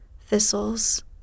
thistles